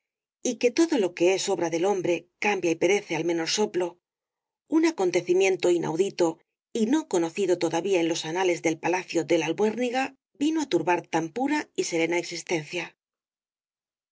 y que todo lo que es obra del hombre cambia y perece al menor soplo un acontecimiento inaudito y no conocido todavía en los anales del palacio de la albuérniga vino á turbar tan pura y serena existencia